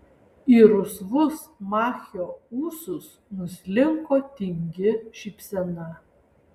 į rusvus machio ūsus nuslinko tingi šypsena